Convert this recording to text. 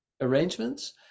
arrangements